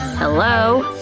hello?